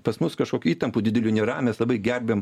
pas mus kažkokių įtampų dideliu nėra labai gerbiam